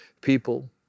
people